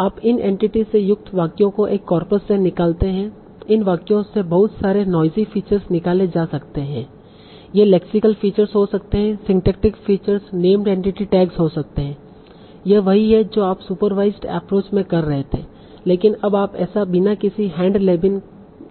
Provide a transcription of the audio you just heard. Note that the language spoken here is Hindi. आप इन एंटिटीस से युक्त वाक्यों को एक कॉर्पस से निकालते हैं इन वाक्यों से बहुत सारे नॉइजी फीचर्स निकाले जा सकते हैं ये लेक्सिकल फीचर्स हो सकते हैं syntactic features named entity tags हो सकते है यह वही है जो आप सुपरवाइसड एप्रोच में कर रहे थे लेकिन अब आप ऐसा बिना किसी हैंड